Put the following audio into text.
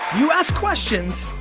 you ask questions,